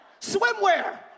swimwear